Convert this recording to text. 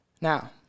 Now